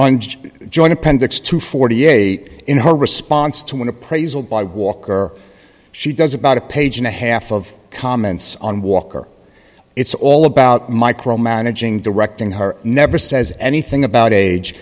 pendants to forty eight in her response to an appraisal by walker she does about a page and a half of comments on walker it's all about micromanaging directing her never says anything about age